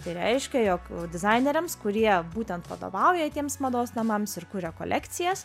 tai reiškia jog dizaineriams kurie būtent vadovauja tiems mados namams ir kuria kolekcijas